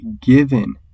given